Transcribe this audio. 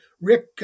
Rick